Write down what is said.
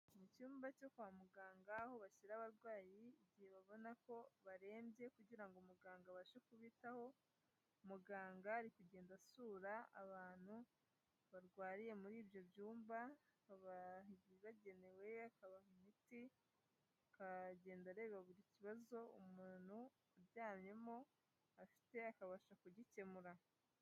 Mu icyumba cyo kwa muganga, aho bashyira abarwayi igihe babona ko barembye kugira ngo muganga abashe kubitaho. Muganga ari kugenda asura abantu barwariye muri ibyo byumba, akabaha ibibagenewe, akabaha imiti. Akagenda areba buri kibazo umuntu uryamyemo afite akabasha kugikemura.